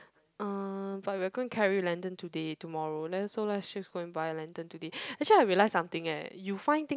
uh but we are going carry lantern today tomorrow then so let's just go and buy lantern today actually I realise something leh you find thing